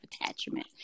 attachment